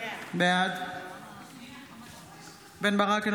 בעד רם בן ברק,